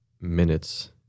minutes